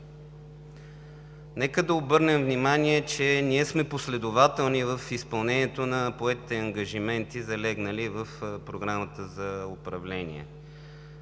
Нека да обърнем внимание, че ние сме последователни в изпълнението на поетите ангажименти, залегнали в Програмата за управление